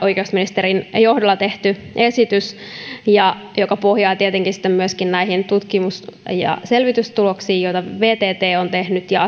oikeusministerin johdolla tehty esitys joka tietenkin pohjaa myöskin näiden tutkimusten ja selvitysten tuloksiin joita vtt on tehnyt ja